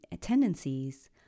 tendencies